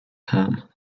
ham